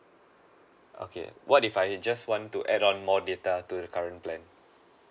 okay what if I just want to add on more data to the current plan